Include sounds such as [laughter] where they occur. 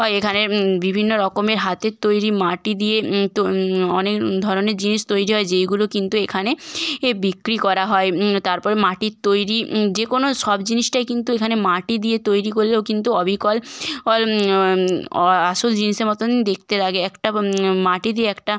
হয় এখানের বিভিন্ন রকমের হাতের তৈরি মাটি দিয়ে তো অনেক ধরনের জিনিস তৈরি হয় যেইগুলো কিন্তু এখানে এ বিক্রি করা হয় তারপর মাটির তৈরি যে কোনো সব জিনিসটাই কিন্তু এখানে মাটি দিয়ে তৈরি করলেও কিন্তু অবিকল [unintelligible] আসল জিনিসের মতন দেখতে লাগে একটা মাটি দিয়ে একটা